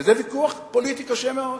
וזה ויכוח פוליטי קשה מאוד,